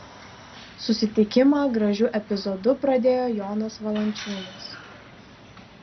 susitikimą gražiu epizodu pradėjo jonas valančiūnas